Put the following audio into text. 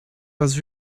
was